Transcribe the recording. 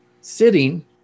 sitting